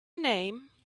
name